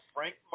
Frank